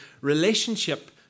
relationship